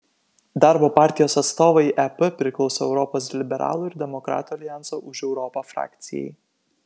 darbo partijos atstovai ep priklauso europos liberalų ir demokratų aljanso už europą frakcijai